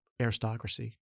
aristocracy